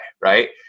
right